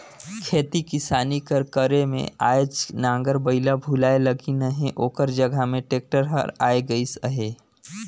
खेती किसानी कर करे में आएज नांगर बइला भुलाए लगिन अहें ओकर जगहा में टेक्टर हर आए गइस अहे